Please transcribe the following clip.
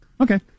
Okay